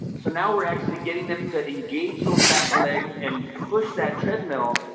so now we're actually getting them to engage those back legs and push that treadmill.